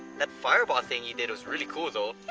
that fireball thing you did was really cool though.